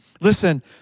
Listen